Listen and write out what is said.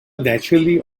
naturally